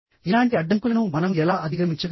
ఇలాంటి అడ్డంకులను మనం ఎలా అధిగమించగలం